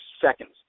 seconds